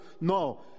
No